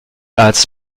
als